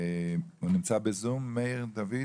חזי שוורצמן,